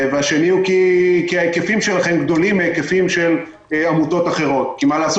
2. כי ההיקפים שלכם גדולים מההיקפים של עמותות אחרות כי מה לעשות?